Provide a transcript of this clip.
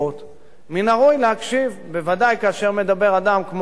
בוודאי כאשר מדבר אדם כמו ראש השב"כ לשעבר יובל דיסקין.